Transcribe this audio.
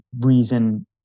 reason